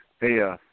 Hey